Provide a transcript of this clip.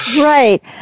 Right